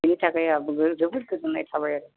बेनिथाखाय आंहा जोबोद गोजोननाय थाबाय आरो